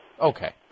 Okay